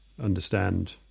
understand